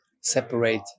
separate